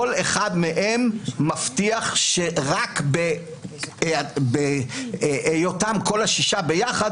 כל אחד מהם מבטיח שרק בהיות כל השישה ביחד,